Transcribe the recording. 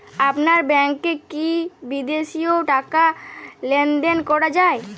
আপনার ব্যাংকে কী বিদেশিও টাকা লেনদেন করা যায়?